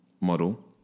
model